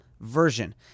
version